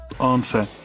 answer